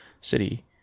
city